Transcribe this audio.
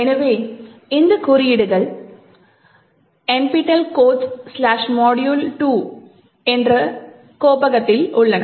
எனவே இந்த குறியீடுகள் nptel codes module2 இல் உள்ளன